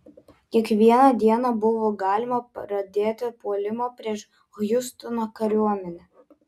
kiekvieną dieną buvo galima pradėti puolimą prieš hjustono kariuomenę